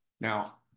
Now